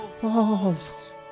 falls